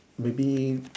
maybe